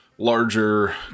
larger